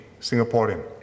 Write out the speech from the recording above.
Singaporean